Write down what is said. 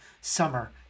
summer